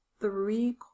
three